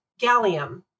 gallium